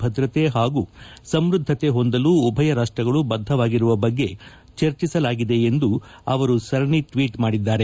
ಭದ್ರತೆ ಹಾಗೂ ಸಮ್ಬದ್ಗತೆ ಹೊಂದಲು ಉಭಯ ರಾಷ್ಟಗಳು ಬದ್ದವಾಗಿರುವ ಬಗ್ಗೆ ಚರ್ಚಿಸಲಾಗಿದೆ ಎಂದು ಅವರು ಸರಣಿ ಟ್ವೀಟ್ ಮಾದಿದ್ದಾರೆ